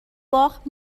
باخت